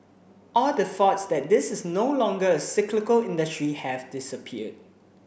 all the thoughts that this is no longer a cyclical industry have disappeared